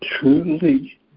Truly